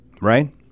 Right